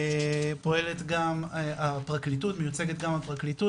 פועלת גם הפרקליטות, מיוצגת גם הפרקליטות.